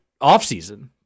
offseason